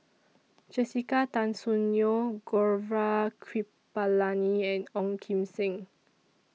Jessica Tan Soon Neo Gaurav Kripalani and Ong Kim Seng